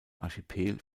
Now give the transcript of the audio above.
archipel